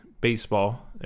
baseball